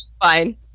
Fine